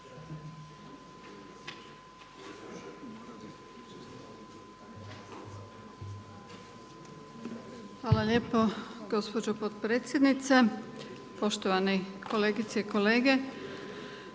Hvala lijepo, gospođo potpredsjednice. Poštovani kolegice i kolege.